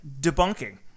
debunking